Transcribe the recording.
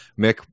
Mick